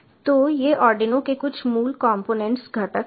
तो ये आर्डिनो के कुछ मूल कंपोनेंट्स घटक हैं